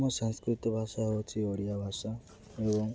ଆମ ସଂସ୍କୃତ ଭାଷା ହେଉଛି ଓଡ଼ିଆ ଭାଷା ଏବଂ